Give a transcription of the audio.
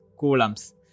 coulombs